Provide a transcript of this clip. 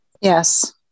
yes